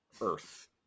earth